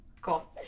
cool